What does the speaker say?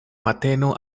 mateno